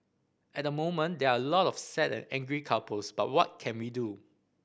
at the moment there are a lot of sad and angry couples but what can we do